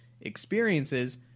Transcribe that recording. experiences